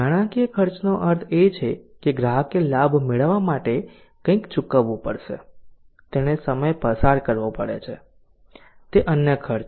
નાણાકીય ખર્ચનો અર્થ એ છે કે ગ્રાહકે લાભ મેળવવા માટે કંઈક ચૂકવવું પડે છે તેણે સમય પસાર કરવો પડે છે તે અન્ય ખર્ચ છે